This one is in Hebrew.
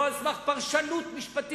לא על סמך פרשנות משפטית,